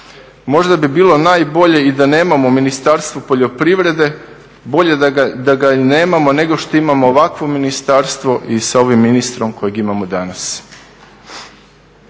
možda bi bilo najbolje i da nemamo Ministarstvo poljoprivrede, bolje da ga i nemamo nego što imamo ovakvo ministarstvo i sa ovim ministrom kojega imamo danas.